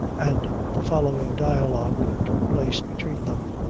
and the following dialogue took place between them